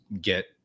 get